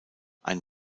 ein